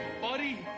buddy